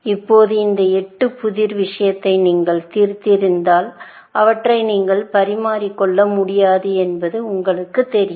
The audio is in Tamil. இப்போது இந்த 8 புதிர் விஷயத்தை நீங்கள் தீர்த்திருந்தால் அவற்றை நீங்கள் பரிமாறிக்கொள்ள முடியாது என்பது உங்களுக்குத் தெரியும்